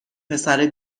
پسره